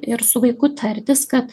ir su vaiku tartis kad